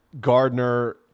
gardner